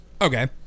Okay